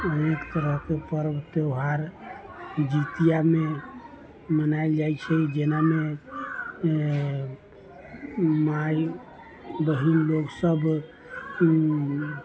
उम्मीद करब कि परब त्योहार जितियामे मनायल जाइ छै जेना ने माइ बहिन लोग सब उ